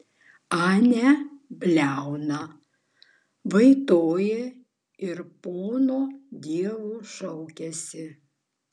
anie bliauna vaitoja ir pono dievo šaukiasi